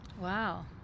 Wow